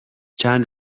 چند